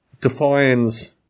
defines